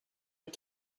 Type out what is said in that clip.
and